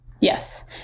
yes